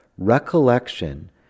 recollection